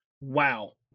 Wow